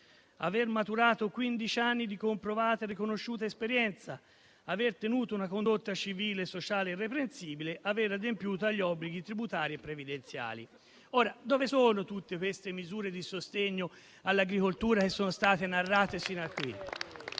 aver maturato quindici anni di comprovata e riconosciuta esperienza; aver tenuto una condotta civile e sociale irreprensibile; aver adempiuto agli obblighi tributari e previdenziali. Dove sono tutte le misure di sostegno all'agricoltura che sono state narrate fin qui?